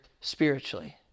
spiritually